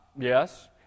Yes